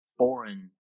foreign